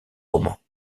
romans